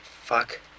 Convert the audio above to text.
Fuck